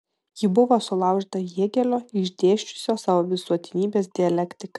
ji buvo sulaužyta hėgelio išdėsčiusio savo visuotinybės dialektiką